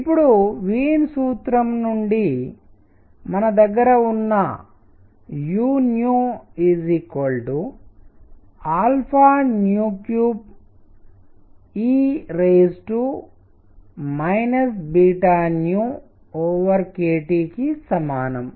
ఇప్పుడు వీన్ సూత్రం నుండి మన దగ్గర ఉన్న u 3e kTకి సమానం